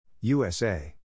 USA